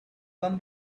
come